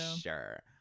Sure